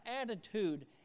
attitude